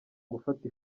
gufata